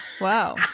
Wow